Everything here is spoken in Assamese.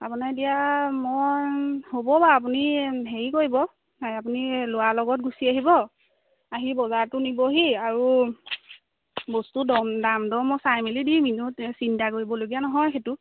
আপোনাৰ এতিয়া মই হ'ব বা আপুনি হেৰি কৰিব আপুনি ল'ৰাৰ লগত গুচি আহিব আহি বজাৰটো নিবহি আৰু বস্তু দম দাম দৰ মই চাই মেলি দিম এনেও চিন্তা কৰিবলগীয়া নহয় সেইটো